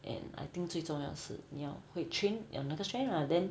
and I think 最重要是你要会 train 要那个 strength lah then